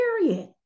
period